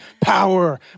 power